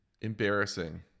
Embarrassing